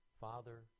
Father